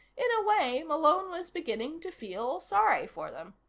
in a way, malone was beginning to feel sorry for them.